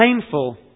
painful